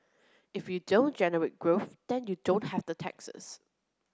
if you don't generate growth then you don't have the taxes